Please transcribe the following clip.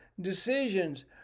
decisions